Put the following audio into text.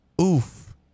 Oof